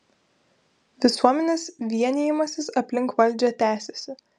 visuomenės vienijimasis aplink valdžią tęsiasi